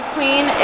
Queen